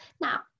Now